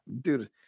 dude